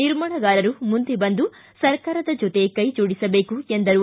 ನಿರ್ಮಾಣಗಾರರು ಮುಂದೆ ಬಂದು ಸರ್ಕಾರದ ಜೊತೆ ಕೈಜೋಡಿಸಬೇಕು ಎಂದರು